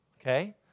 okay